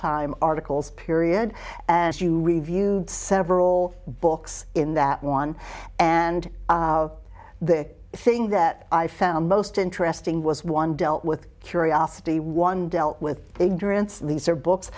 time articles period as you reviewed several books in that one and the thing that i found most interesting was one dealt with curiosity one dealt with ignorance these are books